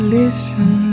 listen